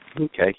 Okay